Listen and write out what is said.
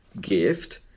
gift